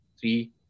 three